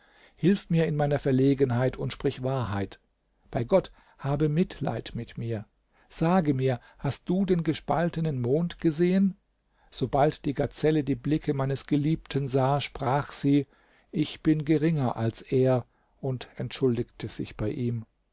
hilf mir in meiner verlegenheit und sprich wahrheit bei gott habe mitleid mit mir sage mir hast du den gespaltenen mond gesehen sobald die gazelle die blicke meines geliebten sah sprach sie ich bin geringer als er und entschuldigte sich bei ihm